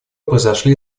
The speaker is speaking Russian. произошли